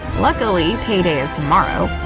luckily payday is tomorrow.